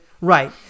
Right